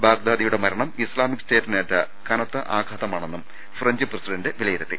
ബാഗ്ദാദിയുടെ മരണം ഇസ്ലാമിക് സ്റ്റേറ്റിനേറ്റ കനത്ത ആഘാതമാ ണെന്നും ഫ്രഞ്ച് പ്രസിഡന്റ് വിലയിരുത്തി